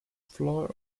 floor